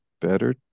better